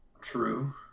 true